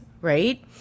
right